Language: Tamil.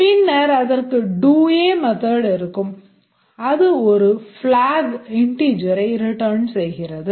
பின்னர் அதற்கு doA method இருக்கும் அது ஒரு flag integer ஐ return செய்கிறது